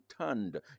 turned